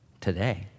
today